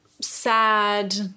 sad